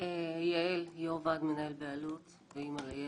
יושבת ראש הוועד המנהל באלו"ט ואימא לילד.